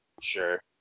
sure